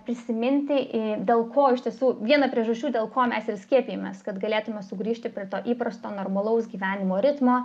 prisiminti dėl ko iš tiesų viena priežasčių dėl ko mes ir skiepijamės kad galėtume sugrįžti prie to įprasto normalaus gyvenimo ritmo